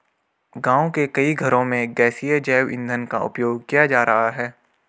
गाँव के कई घरों में गैसीय जैव ईंधन का उपयोग किया जा रहा है